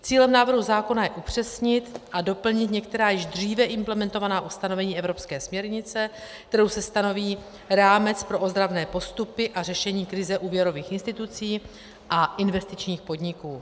Cílem návrhu zákona je upřesnit a doplnit některá již dříve implementovaná ustanovení evropské směrnice, kterou se stanoví rámec pro ozdravné postupy a řešení krize úvěrových institucí a investičních podniků.